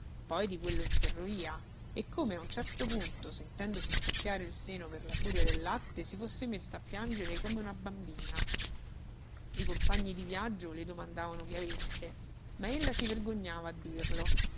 poi di quello in ferrovia e come a un certo punto sentendosi scoppiare il seno per la furia del latte si fosse messa a piangere come una bambina i compagni di viaggio le domandavano che avesse ma ella si vergognava a dirlo